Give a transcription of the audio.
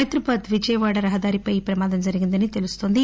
హైదరాబాద్ విజయవాడ రహదారిపై ఈ ప్రమాదం జరిగిందని తెలుస్తోంది